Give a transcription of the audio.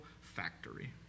factory